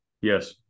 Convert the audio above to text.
Yes